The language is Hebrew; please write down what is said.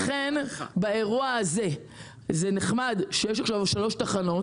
לכן, באירוע הזה, זה נחמד שיש 3 תחנות